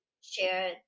share